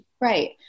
Right